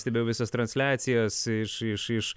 stebėjau visas transliacijas iš iš iš